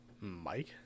mike